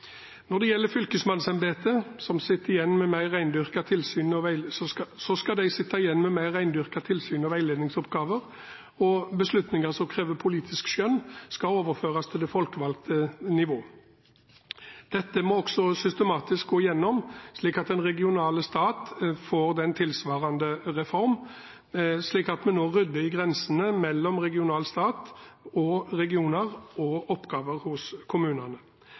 skal de sitte igjen med mer rendyrkete tilsyns- og veiledningsoppgaver, og beslutninger som krever politisk skjønn, skal overføres til det folkevalgte nivået. Dette må man også systematisk gå igjennom, slik at den regionale stat får tilsvarende reform og vi får ryddet i grensene mellom regional stat og regioner og oppgaver hos kommunene.